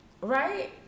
Right